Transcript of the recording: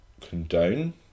condone